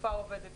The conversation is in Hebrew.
התעופה עובדת.